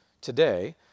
today